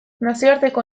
nazioarteko